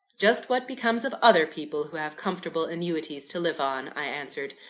just what becomes of other people who have comfortable annuities to live on i answered.